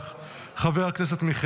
חבר הכנסת חילי טרופר,